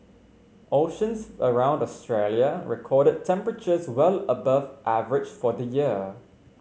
oceans around Australia recorded temperatures well above average for the year